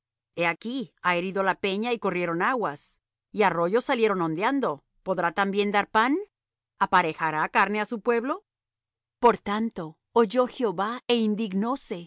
he aquí ha herido la peña y corrieron aguas y arroyos salieron ondeando podrá también dar pan aparejará carne á su pueblo por tanto oyó jehová é indignóse y